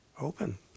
open